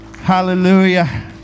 Hallelujah